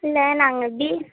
இல்லை நாங்கள் பி